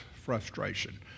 frustration